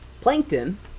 Plankton